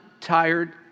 tired